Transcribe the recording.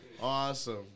awesome